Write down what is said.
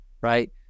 right